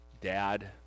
Dad